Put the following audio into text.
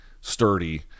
sturdy